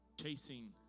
Chasing